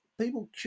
People